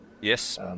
Yes